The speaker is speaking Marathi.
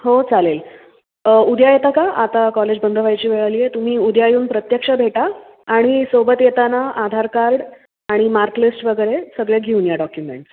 हो चालेल उद्या येता का आता कॉलेज बंद व्हायची वेळ आली आहे तुम्ही उद्या येऊन प्रत्यक्ष भेटा आणि सोबत येताना आधार कार्ड आणि मार्कलिस्ट वगैरे सगळे घेऊन या डॉक्युमेंट्स